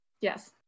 Yes